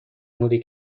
موری